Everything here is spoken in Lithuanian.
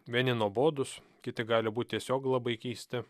vieni nuobodūs kiti gali būt tiesiog labai keisti